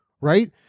right